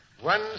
one